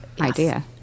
idea